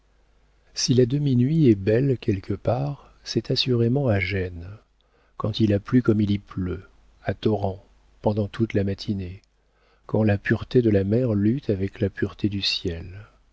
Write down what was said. si la demi nuit est belle quelque part c'est assurément à gênes quand il a plu comme il y pleut à torrents pendant toute la matinée quand la pureté de la mer lutte avec la pureté du ciel